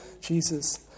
Jesus